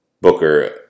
Booker